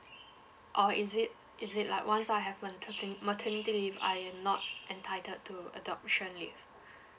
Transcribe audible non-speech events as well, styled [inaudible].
or is it is it like once I have matete~ maternity leave I am not entitled to adoption leave [breath]